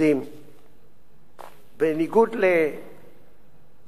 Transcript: בניגוד לכל הופעותי הקודמות בכנסת